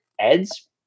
ads